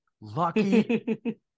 Lucky